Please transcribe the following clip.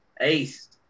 Ace